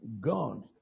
God